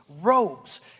robes